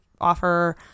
offer